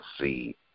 see